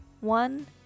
one